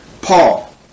Paul